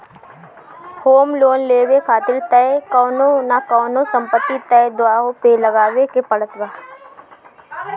home loan लेवे खातिर तअ कवनो न कवनो संपत्ति तअ दाव पे लगावे के पड़त बा